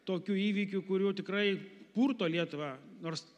tokių įvykių kurių tikrai purto lietuvą nors